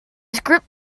script